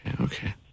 Okay